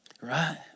Right